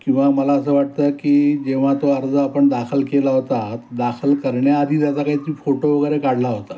किंवा मला असं वाटतं की जेव्हा तो अर्ज आपण दाखल केला होता दाखल करण्याआधी त्याचा काही तरी फोटो वगैरे काढला होता